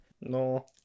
no